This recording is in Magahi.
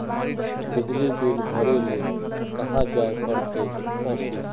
बिजली बिल भरे ले कहाँ जाय पड़ते ऑफिस?